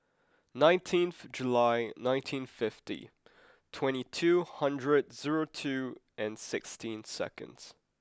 nineteenth July nineteen fifty twenty two hundred zero two and sixteen seconds